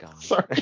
Sorry